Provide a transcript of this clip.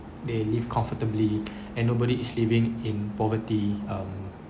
they live comfortably and nobody is living in poverty um